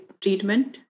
treatment